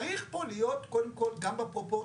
צריך פה להיות קודם כול גם בפרופורציות.